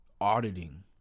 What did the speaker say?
auditing